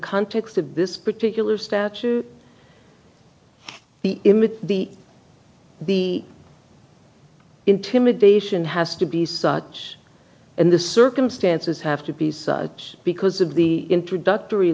context of this particular statute the image the the intimidation has to be such and the circumstances have to be such because of the introductory